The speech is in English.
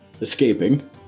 escaping